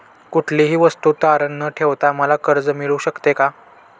कुठलीही वस्तू तारण न ठेवता मला कर्ज मिळू शकते का?